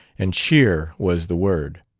and cheer was the word.